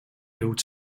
build